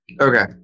Okay